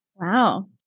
Wow